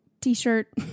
t-shirt